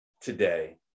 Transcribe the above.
today